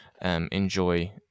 Enjoy